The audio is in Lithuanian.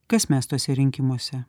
kas mes tuose rinkimuose